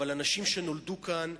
אבל אנשים שנולדו כאן,